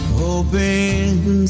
hoping